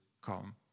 come